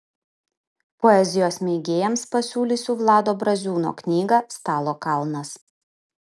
poezijos mėgėjams pasiūlysiu vlado braziūno knygą stalo kalnas